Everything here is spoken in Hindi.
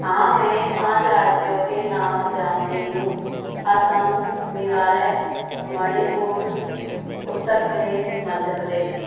हाँ मैं पाँच राज्यों के नाम जानती हूँ असम मेघालय मणिपुर उत्तर प्रदेश मध्य प्रदेश